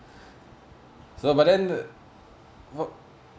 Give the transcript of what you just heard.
so but then uh what